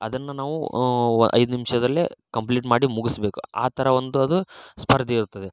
ಅದನ್ನು ನಾವು ಐದು ನಿಮಿಷದಲ್ಲೇ ಕಂಪ್ಲೀಟ್ ಮಾಡಿ ಮುಗಿಸಬೇಕು ಆ ಥರ ಒಂದು ಅದು ಸ್ಪರ್ಧೆ ಇರುತ್ತದೆ